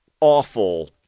awful